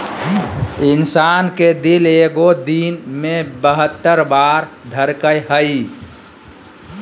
इंसान के दिल एगो दिन मे बहत्तर बार धरकय हइ